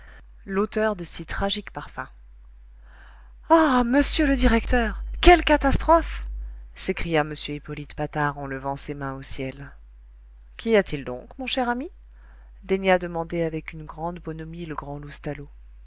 l'auteur de si tragiques parfum ah monsieur le directeur quelle catastrophe s'écria m hippolyte patard en levant ses mains au ciel qu'y a-t-il donc mon cher ami daigna demander avec une grande bonhomie le grand